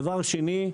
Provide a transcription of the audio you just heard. דבר שני,